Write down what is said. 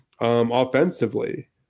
offensively